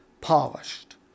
polished